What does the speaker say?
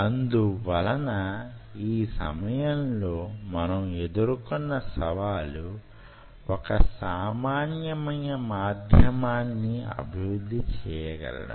అందువలన ఆ సమయం లో మనం ఎదుర్కొన్న సవాలు వొక సమాన్యమైన మాధ్యమాన్ని అభివృద్ధి చేయగలగడం